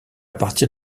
partir